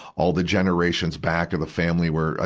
all the generations back of the family were, ah